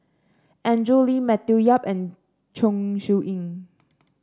Andrew Lee Matthew Yap and Chong Siew Ying